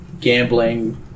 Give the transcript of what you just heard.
gambling